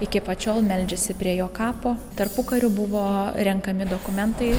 iki pat šiol meldžiasi prie jo kapo tarpukariu buvo renkami dokumentai